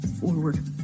forward